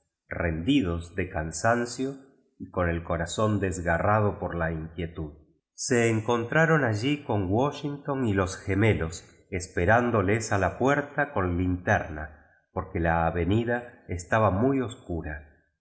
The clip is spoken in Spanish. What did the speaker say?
rendidos de cansancio y con el corazón desgarrado por la inquietud se encontraron allí con washington y los gemelos operándoles a la puerta con linter na porque la avenida estaba muy oscura